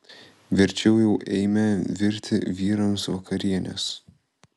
verčiau jau eime virti vyrams vakarienės